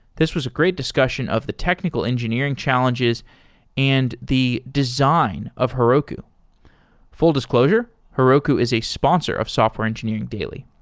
this was a great discussion of the technical engineering challenges and the design of heroku full-disclosure, heroku is a sponsor of software engineering daily.